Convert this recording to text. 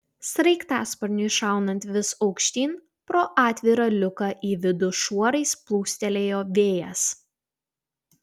sraigtasparniui šaunant vis aukštyn pro atvirą liuką į vidų šuorais plūstelėjo vėjas